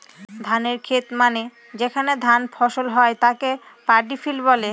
ধানের খেত মানে যেখানে ধান ফসল হয় তাকে পাডি ফিল্ড বলে